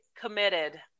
committed